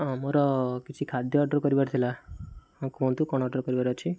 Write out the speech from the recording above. ହଁ ମୋର କିଛି ଖାଦ୍ୟ ଅର୍ଡ଼ର୍ କରିବାର ଥିଲା ହଁ କୁହନ୍ତୁ କ'ଣ ଅର୍ଡ଼ର୍ କରିବାର ଅଛି